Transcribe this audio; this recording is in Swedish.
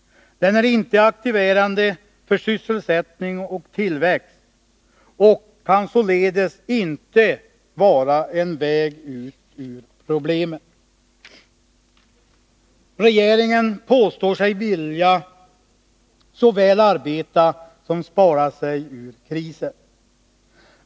Den är inte aktiverande för sysselsättning och tillväxt och kan således inte vara en väg ut ur problemen. Regeringen påstår sig vilja såväl arbeta som spara sig ur krisen.